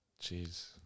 Jeez